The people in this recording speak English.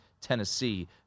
Tennessee